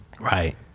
Right